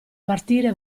partire